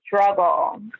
struggle